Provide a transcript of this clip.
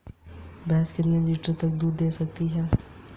UPI में लेनदेन कैसे होता है?